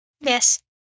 Yes